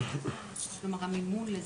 כלומר המימון לזה?